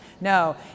no